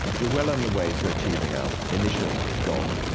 we're well on the way to achieving our initial goal.